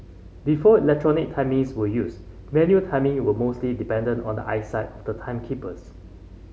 before electronic timings were used manual timing was mostly dependent on the eyesight of the timekeepers